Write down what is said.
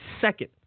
second